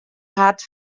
hart